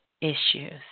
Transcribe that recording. issues